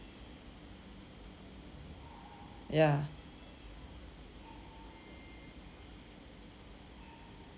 ya